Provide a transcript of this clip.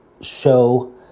show